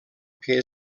que